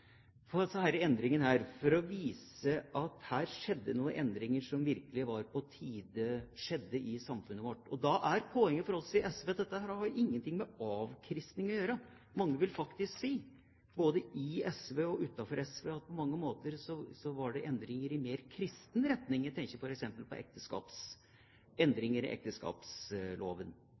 for å vise at det skjedde noen endringer som det virkelig var på tide at skjedde i samfunnet vårt. Da er poenget for oss i SV at dette har ingenting med avkristning å gjøre. Mange vil faktisk si, både i SV og utenfor SV, at på mange måter var dette endringer i mer kristen retning, jeg tenker f.eks. på endringer i ekteskapsloven.